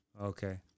Okay